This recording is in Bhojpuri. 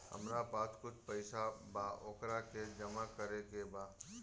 हमरा पास कुछ पईसा बा वोकरा के जमा करे के बा?